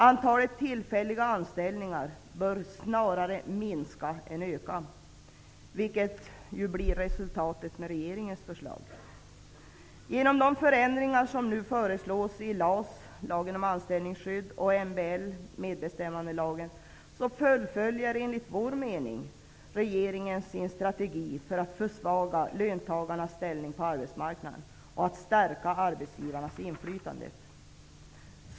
Antalet tillfälliga anställningar bör snarare minska än öka, vilket blir resultatet av regeringens förslag. Genom de förändringar som nu föreslås i LAS, lagen om anställningsskydd, och MBL, medbestämmandelagen, fullföljer enligt vår mening regeringen sin strategi för att försvaga löntagarnas ställning på arbetsmarknaden och stärka arbetsgivarnas inflytande.